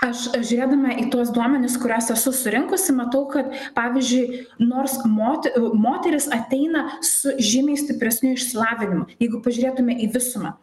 aš žiūrėdama į tuos duomenis kuriuos esu surinkusi matau kad pavyzdžiui nors mot moteris ateina su žymiai stipresniu išsilavinimu jeigu pažiūrėtume į visumą